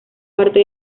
parte